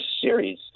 series